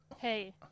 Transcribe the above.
Hey